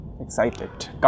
Excited